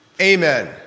Amen